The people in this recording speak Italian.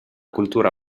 cultura